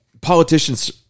politicians